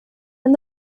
and